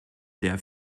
der